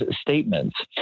statements